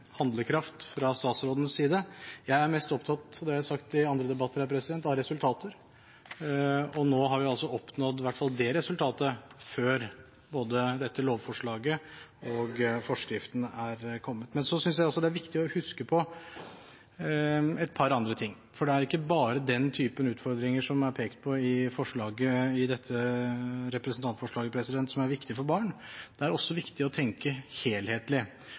handlekraft fra statsrådens side. Jeg er mest opptatt av resultater – det har jeg sagt i andre debatter også – og nå har vi i hvert fall oppnådd dette resultatet før både lovforslaget og forskriften er kommet. Jeg synes også det er viktig å huske på et par andre ting. Det er ikke bare den type utfordringer som er pekt på i dette representantforslaget, som er viktig for barn. Det er også viktig å tenke helhetlig.